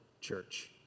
Church